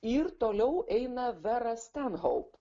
ir toliau eina vera stenhaup